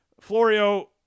Florio